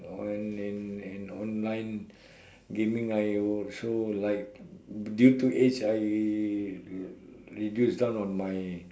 on and and online gaming I also like due to age I reduce down on my